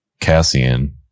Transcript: Cassian